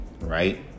right